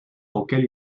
auquel